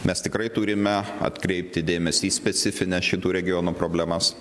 mes tikrai turime atkreipti dėmesį į specifines šitų regionų problemas